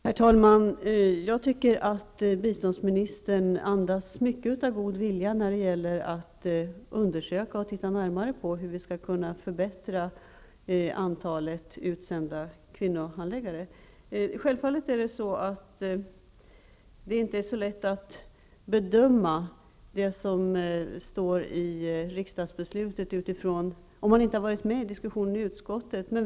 Herr talman! Jag tycker att biståndsministern andas mycket av god vilja när det gäller att undersöka hur vi skall kunna förbättra antalet utsända kvinnohandläggare. Självfallet är det inte så lätt att bedöma det som står i riksdagsbeslutet om man inte varit med i utskottet.